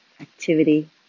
activity